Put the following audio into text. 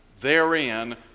therein